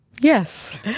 Yes